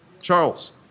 Charles